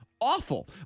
awful